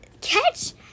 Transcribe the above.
catch